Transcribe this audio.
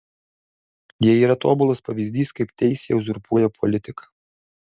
jie yra tobulas pavyzdys kaip teisė uzurpuoja politiką